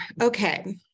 Okay